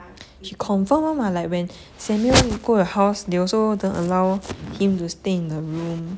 she confirm [one] [what] like when samuel go your house they also don't allow him to stay in the room